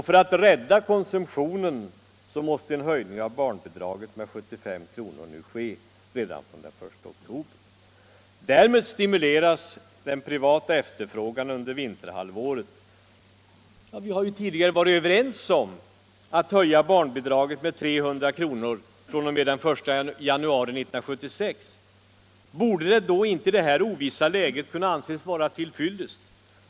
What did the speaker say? För att rädda konsumtionen måste en höjning av barnbidragen med 75 kr. ske redan den 1 oktober. Därmed stimuleras den privata efterfrågan under vinterhalvåret! Vi har tidigare varit överens om att höja barnbidragen med 300 kr. per år fr.o.m. den 1 januari 1976. Borde då inte det kunna anses vara till fyllest i detta ovissa läge?